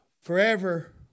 Forever